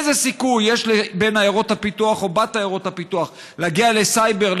איזה סיכוי יש לבן עיירות הפיתוח או בת עיירות הפיתוח להגיע לסייבר,